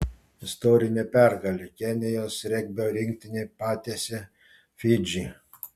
istorinė pergalė kenijos regbio rinktinė patiesė fidžį